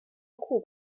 资料库